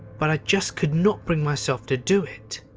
but i just could not bring myself to do it.